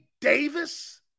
Davis